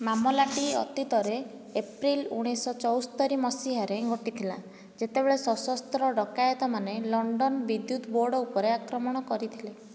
ମାମଲାଟି ଅତୀତରେ ଏପ୍ରିଲ ଉଣେଇଶି ଶହ ଚଉସ୍ତରି ମସିହାରେ ଘଟିଥିଲା ଯେତେବେଳେ ସଶସ୍ତ୍ର ଡ଼କାୟତମାନେ ଲଣ୍ଡନ ବିଦ୍ୟୁତ୍ ବୋର୍ଡ଼ ଉପରେ ଆକ୍ରମଣ କରିଥିଲେ